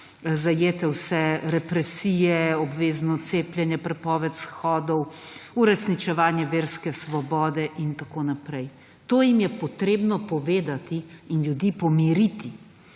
zajete vse represije, obvezno cepljenje, prepoved shodov, uresničevanje verske svobode in tako naprej. To jim je potrebno povedati in ljudi pomiriti,